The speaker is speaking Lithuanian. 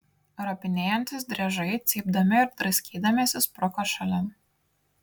ropinėjantys driežai cypdami ir draskydamiesi spruko šalin